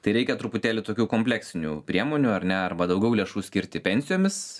tai reikia truputėlį tokių kompleksinių priemonių ar ne arba daugiau lėšų skirti pensijomis